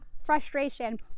frustration